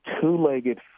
two-legged